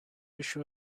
issue